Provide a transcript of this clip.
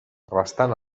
restant